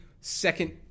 second